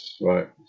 Right